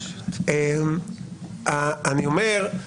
אני אומר,